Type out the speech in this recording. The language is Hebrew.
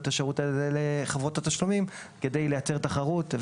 השירות הזה לחברות התשלומים כדי לייצר תחרות,